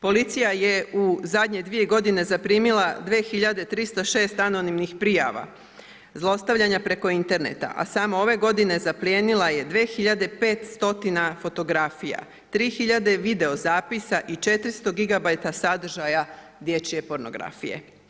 Policija je u zadnje 2 godine zaprimila 2306 anonimnih prijava, zlostavljanja preko interneta, a samo ove godine zaplijenila je 2500 fotografija, 3000 videozapisa i 400 gigabajta sadržaja dječje pornografije.